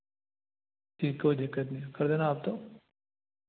ठीक कोई दिक्कत नहीं कर देना आप तो